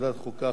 חוק ומשפט,